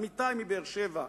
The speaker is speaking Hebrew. אמיתי מבאר-שבע,